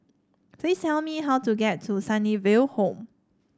please tell me how to get to Sunnyville Home